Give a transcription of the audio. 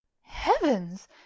heavens